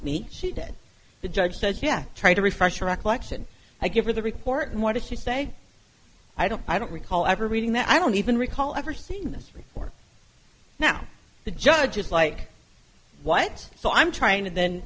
me she did the judge says yes try to refresh your recollection i give her the report and what did she say i don't i don't recall ever reading that i don't even recall ever seeing this before now the judge is like what so i'm trying and then